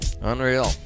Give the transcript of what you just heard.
Unreal